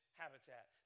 habitat